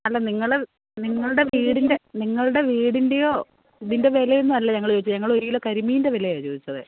അല്ല നിങ്ങള് നിങ്ങളുടെ വീടിൻ്റെ നിങ്ങളുടെ വീടിൻ്റെയോ ഇതിൻ്റെ വിലയൊന്നും അല്ല ഞങ്ങള് ചോദിച്ചത് ഞങ്ങളൊരു കിലോ കരിമീൻ്റെ വിലയാണ് ചോദിച്ചത്